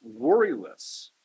worryless